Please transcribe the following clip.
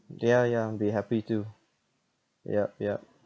yeah yeah be happy to yup yup